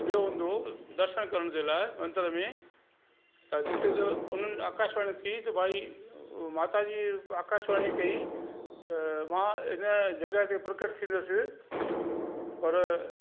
वियो हूंदो दर्शन करण जे लाइ मंदिर में जिते त उन्हनि आकाशवाणी थी त भाई माता जी आकाशवाणी कयी त मां इन जॻह ते प्रकट थींदसि पर